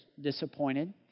disappointed